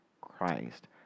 Christ